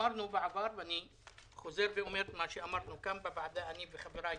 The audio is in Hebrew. אני חוזר ואומר את מה שאמרנו כאן בוועדה אני וחבריי